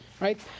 Right